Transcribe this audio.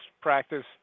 practice